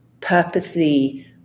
purposely